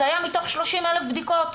זה היה מתוך 30,000 בדיקות.